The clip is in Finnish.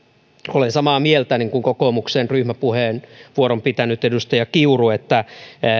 olen samaa mieltä niin kuin kokoomuksen ryhmäpuheenvuoron pitänyt edustaja kiuru että